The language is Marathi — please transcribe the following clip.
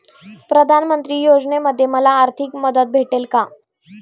प्रधानमंत्री योजनेमध्ये मला आर्थिक मदत भेटेल का?